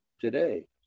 today